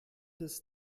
des